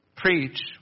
Preach